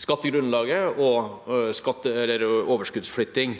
skattegrunnlaget og overskuddsflytting.